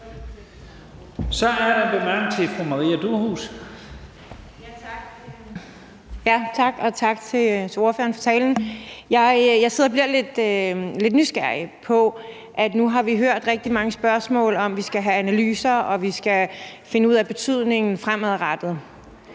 Så er der en kort bemærkning til fru Maria Durhuus. Kl. 12:47 Maria Durhuus (S): Tak, og tak til ordføreren for talen. Jeg sidder og bliver lidt nysgerrig, for nu har vi hørt rigtig mange spørgsmål om, om vi skal have analyser, og at vi skal finde ud af betydningen fremadrettet.